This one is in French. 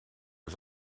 aux